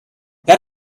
that